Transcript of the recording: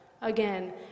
again